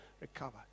recover